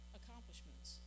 accomplishments